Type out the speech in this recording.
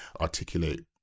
articulate